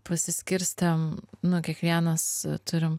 pasiskirstėm nu kiekvienas turim